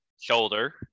shoulder